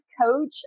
coach